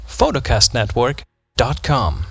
photocastnetwork.com